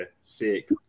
sick